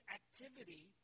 activity